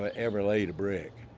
ah ever laid a brick,